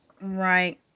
Right